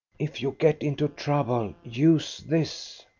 if you get into trouble, use this.